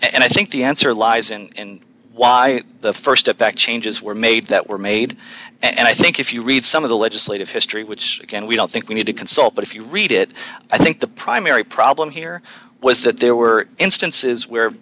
and i think the answer lies in why the st effect changes were made that were made and i think if you read some of the legislative history which again we don't think we need to consult but if you read it i think the primary problem here was that there were instances where